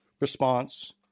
response